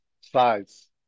size